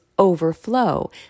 overflow